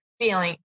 feeling